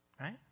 Right